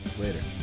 Later